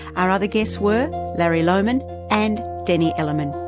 our other guests were larry lohmann and denny ellerman.